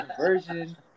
version